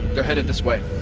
they're headed this way